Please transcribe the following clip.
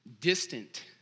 distant